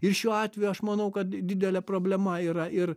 ir šiuo atveju aš manau kad didelė problema yra ir